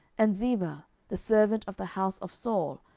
and ziba the servant of the house of saul,